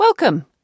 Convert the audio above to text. Welcome